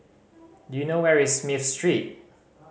do you know where is Smith Street